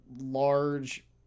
large